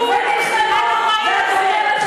תתביישי לך את.